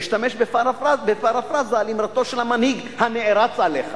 אשתמש בפרפראזה על אמרתו של המנהיג הנערץ עליך,